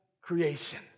creation